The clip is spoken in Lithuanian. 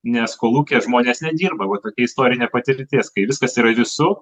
nes kolūkyje žmonės nedirba va tokia istorinė patirtis kai viskas yra visų